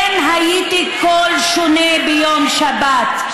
כן, הייתי קול שונה ביום שבת.